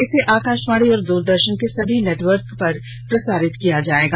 इसे आकाशवाणी और द्रदर्शन के समूचे नेटवर्क पर प्रसारित किया जाएगा